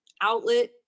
outlet